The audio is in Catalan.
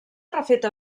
refeta